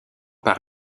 par